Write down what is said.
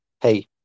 hey